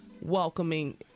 welcoming